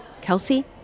Kelsey